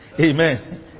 Amen